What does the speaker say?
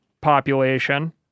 population